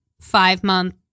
five-month